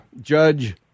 Judge